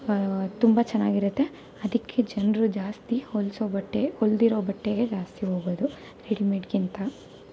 ತುಂಬ ಚೆನ್ನಾಗಿರತ್ತೆ ಅದಕ್ಕೆ ಜನರು ಜಾಸ್ತಿ ಹೊಲಿಸೊ ಬಟ್ಟೆ ಹೊಲ್ದಿರೋ ಬಟ್ಟೆಗೇ ಜಾಸ್ತಿ ಹೋಗೋದು ರೆಡಿಮೇಡ್ಗಿಂತ